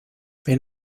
wenn